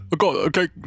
Okay